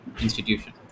institution